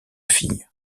filles